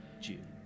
June